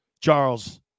Charles